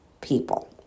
people